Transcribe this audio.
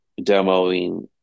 demoing